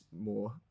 more